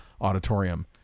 auditorium